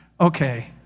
okay